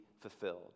fulfilled